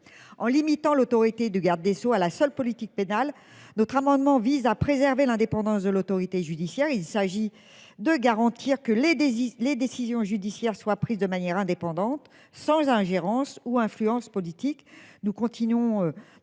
en limitant l'autorité du garde des Sceaux à la seule politique pénale notre amendement vise à préserver l'indépendance de l'autorité judiciaire, il s'agit de garantir que les décisions, les décisions judiciaires soient prises de manière indépendante sans ingérence ou influence politique. Nous continuons